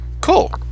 Cool